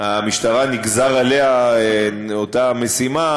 המשטרה נגזרה עליה אותה משימה,